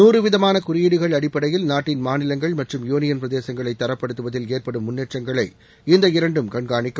நூறு விதமான குறியீடுகள் அடிப்படையில் நாட்டின் மாநிலங்கள் மற்றும் யூனியன் பிரதேசங்களை தரப்படுத்துவதில் ஏற்படும் முன்னேற்றங்களை இந்த இரண்டும் கண்காணிக்கும்